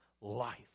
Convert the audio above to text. life